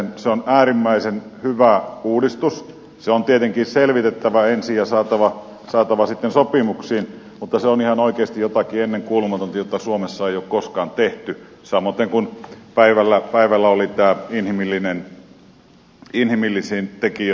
se on äärimmäisen hyvä uudistus se on tietenkin selvitettävä ensin ja saatava sitten sopimuksiin mutta se on ihan oikeasti jotakin ennenkuulumatonta jota suomessa ei ole koskaan tehty samoiten kuin päivällä oli tämä inhimillisiin tekijöihin investointi